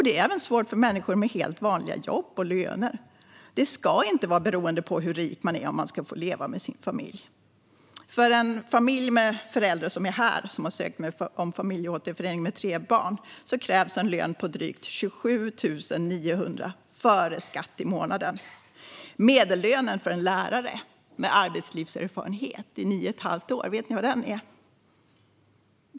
Det är även svårt för människor med helt vanliga jobb och löner. Det ska inte vara beroende på hur rik man är om man ska få leva med sin familj. För en familj med förälder som är här som sökt om familjeåterförening med tre barn krävs en lön på drygt 27 900 kronor före skatt i månaden. Vet ni vad medellönen för en lärare med arbetslivserfarenhet på 9 1⁄2 år är?